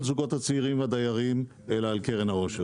הזוגות הצעירים והדיירים אלא על קרן העושר.